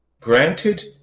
Granted